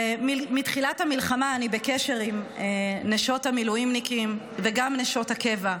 מתחילת המלחמה אני בקשר עם נשות המילואימניקים וגם נשות הקבע,